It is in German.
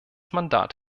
mandat